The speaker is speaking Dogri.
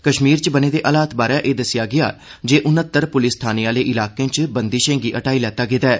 कश्मीर च बने दे हालात बारै एह दस्सेआ गेआ जे उनत्तर प्लस थानें आहले इलाकें च बंदिर्शे गी हटाई लैता गेदा ऐ